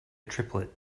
triplet